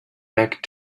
back